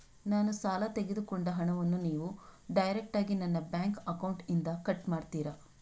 ನಾನು ಸಾಲ ತೆಗೆದುಕೊಂಡ ಹಣವನ್ನು ನೀವು ಡೈರೆಕ್ಟಾಗಿ ನನ್ನ ಬ್ಯಾಂಕ್ ಅಕೌಂಟ್ ಇಂದ ಕಟ್ ಮಾಡ್ತೀರಾ?